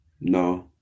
No